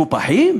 מקופחים?